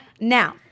Now